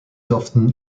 often